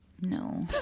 No